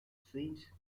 since